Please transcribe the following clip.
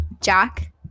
jack